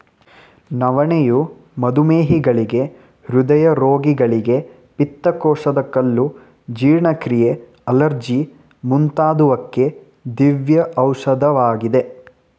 ನವಣೆಯು ಮಧುಮೇಹಿಗಳಿಗೆ, ಹೃದಯ ರೋಗಿಗಳಿಗೆ, ಪಿತ್ತಕೋಶದ ಕಲ್ಲು, ಜೀರ್ಣಕ್ರಿಯೆ, ಅಲರ್ಜಿ ಮುಂತಾದುವಕ್ಕೆ ದಿವ್ಯ ಔಷಧವಾಗಿದೆ